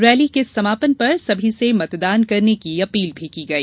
rally के समापन पर सभी से मतदान करने की अपील भी की गई